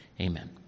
Amen